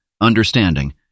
understanding